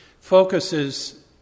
focuses